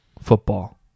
football